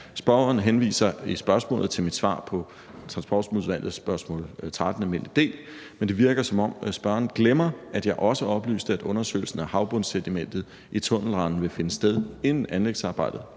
Spørgeren henviser i spørgsmålet til mit svar på TRU alm. del – spørgsmål 13, men det virker, som om spørgeren glemmer, at jeg også oplyste, at undersøgelsen af havbundssedimentet i tunnelrenden vil finde sted, inden anlægsarbejdet